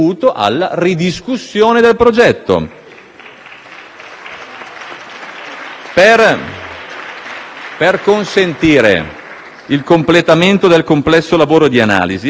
Per consentire il completamento del complesso lavoro di analisi nel rispetto degli accordi con la Francia, come